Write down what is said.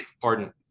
pardon